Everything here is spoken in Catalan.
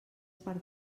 per